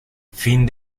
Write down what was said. fin